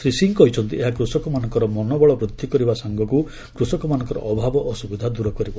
ଶ୍ରୀ ସିଂ କହିଛନ୍ତି ଏହା କୃଷକମାନଙ୍କର ମନୋବଳ ବୃଦ୍ଧି କରିବା ସାଙ୍ଗକୁ କୃଷକମାନଙ୍କର ଅଭାବ ଅସ୍ତ୍ରବିଧା ଦୂର କରିବ